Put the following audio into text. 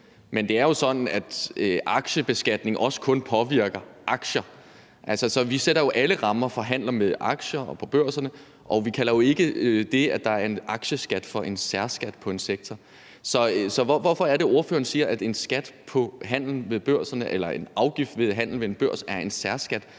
men det er jo sådan, at aktiebeskatning også kun påvirker aktier. Så vi sætter jo alle rammerne for handler med aktier og handler på børserne, og vi kalder jo ikke det, at der er en aktieskat, for en særskat på en sektor. Så hvorfor er det, ordføreren siger, at en afgift på en handel på en børs er en særskat?